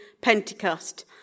Pentecost